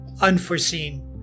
unforeseen